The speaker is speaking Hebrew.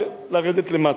ולרדת למטה: